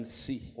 see